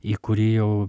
į kurį jau